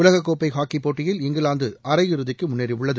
உலகக்கோப்பை ஹாக்கி போட்டியில் இங்கிவாந்து அரையிறுதிக்கு முன்னேறியுள்ளது